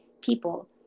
people